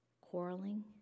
Quarreling